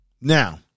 Now